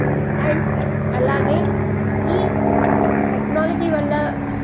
and అలాగే ఈ technology వల్ల